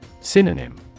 Synonym